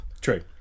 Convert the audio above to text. true